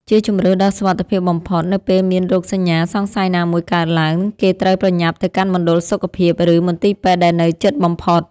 ជាជម្រើសដ៏សុវត្ថិភាពបំផុត នៅពេលមានរោគសញ្ញាសង្ស័យណាមួយកើតឡើង គេត្រូវប្រញាប់ទៅកាន់មណ្ឌលសុខភាព ឬមន្ទីរពេទ្យដែលនៅជិតបំផុត។